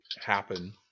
happen